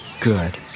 Good